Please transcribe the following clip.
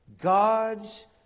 God's